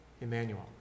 Emmanuel